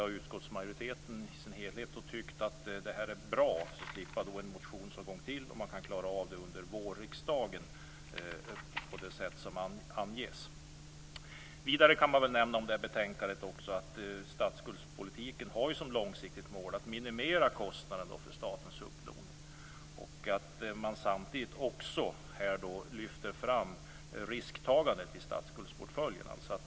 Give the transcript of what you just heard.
Utskottsmajoriteten har i sin helhet tyckt att det är bra. Man slipper en motionsomgång till och man kan klara av det under vårriksdagen på det sätt som anges. Vidare kan man säga om det här betänkandet att statsskuldspolitiken har som långsiktigt mål att minimera kostnaden för statens upplåning. Samtidigt lyfter man också fram risktagandet i statsskuldsportföljen.